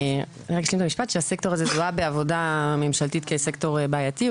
להשלים שהסקטור הזה זוהה בעבודה ממשלתית כסקטור בעייתי.